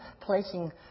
placing